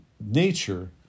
nature